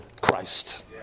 Christ